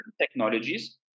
technologies